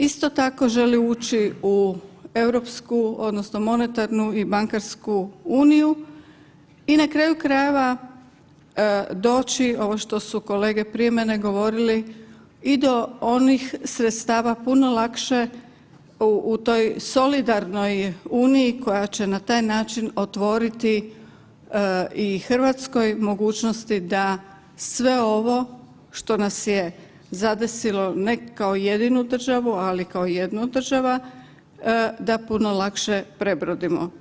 Isto tako želi ući u europsku odnosno monetarnu i bankarsku uniju i na kraju krajeva doći, ovo što su kolege prije mene govorili i do onih sredstava puno lakše u toj solidarnoj uniji koja će na taj način otvoriti i Hrvatskoj mogućnosti da sve ovo što ns je zadesilo ne kao jedinu državu, ali kao jednu od država, da puno lakše prebrodimo.